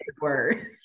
word